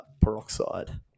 peroxide